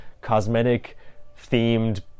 cosmetic-themed